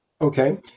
Okay